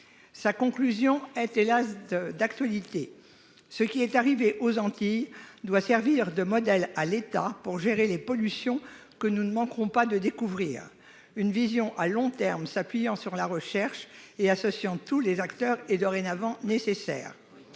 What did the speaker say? Sa conclusion est, hélas, d'actualité : ce qui est arrivé aux Antilles doit servir de modèle à l'État pour gérer les pollutions que nous ne manquerons pas de découvrir ; une vision à long terme s'appuyant sur la recherche et associant tous les acteurs est dorénavant nécessaire.